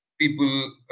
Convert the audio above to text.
people